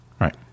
Right